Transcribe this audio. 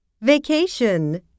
vacation